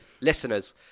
Listeners